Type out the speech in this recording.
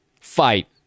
fight